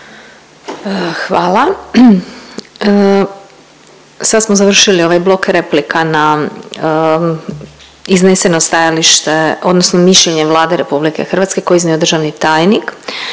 Hvala. Sad smo završili ovaj blok replika na izneseno stajalište odnosno mišljenje Vlade Republike Hrvatske koje je iznio državni tajnik.